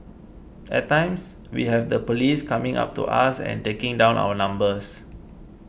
at times we have the police coming up to us and taking down our numbers